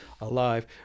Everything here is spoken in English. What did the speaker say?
Alive